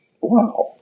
Wow